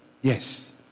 Yes